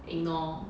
ignore